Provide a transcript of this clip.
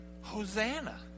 Hosanna